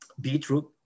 Beetroot